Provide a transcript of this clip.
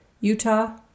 Utah